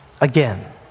again